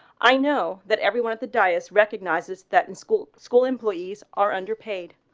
i know that everyone at the diocese recognizes that in school school employees are underpaid.